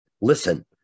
Listen